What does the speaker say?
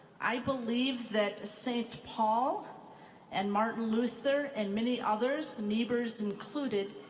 i believe that st. paul and martin luther and many others, neighbors included,